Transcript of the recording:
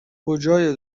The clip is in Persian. کجای